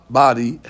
body